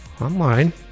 online